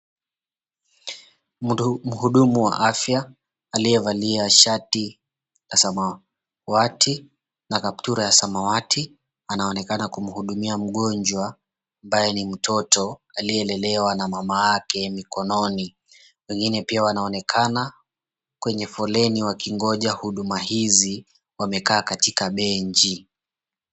Mhudumu wa afya aliyevalia shati la samawati na kaptura ya samawati anaonekana kuhudumia mgonjwa ambaye ni mtoto aliyelelewa na mama yake mkononi. Wengine pia wanaonekana kwenye foleni wakigoja huduma hizi. Wamekaa katika benji.